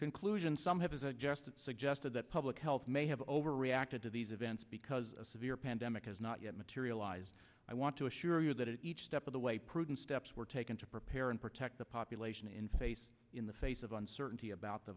conclusion some have suggested suggested that public health may have overreacted to these events because a severe pandemic has not yet materialized i want to assure you that each step of the way prudent steps were taken to prepare and protect the population in face in the face of uncertainty about the